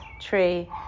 tree